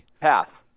Path